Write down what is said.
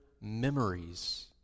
memories